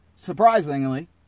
Surprisingly